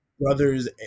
brothers